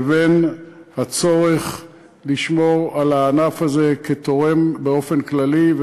לבין הצורך לשמור על הענף הזה כתורם באופן כללי,